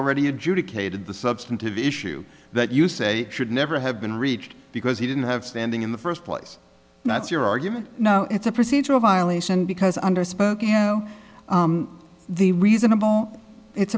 the substantive issue that you say should never have been reached because he didn't have standing in the first place that's your argument no it's a procedural violation because under spokeo the reasonable it's